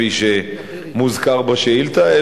כפי שמוזכר בשאילתא,